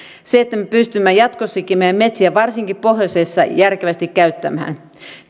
ja että me pystymme jatkossakin meidän metsiämme varsinkin pohjoisessa järkevästi käyttämään